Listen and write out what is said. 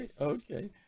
okay